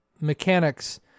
mechanics